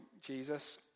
Jesus